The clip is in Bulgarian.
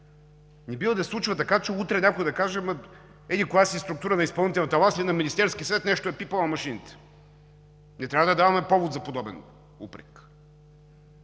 не бива да се случва така, че утре някой да каже, че еди-коя си структура на изпълнителната власт и на Министерския съвет нещо е пипала машините. Не трябва да даваме повод за подобен упрек,